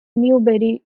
newbery